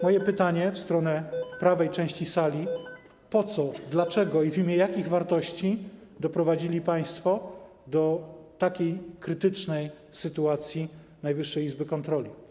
Moje pytanie w stronę prawej części sali: Po co, dlaczego i w imię jakich wartości doprowadzili państwo do takiej krytycznej sytuacji Najwyższej Izby Kontroli?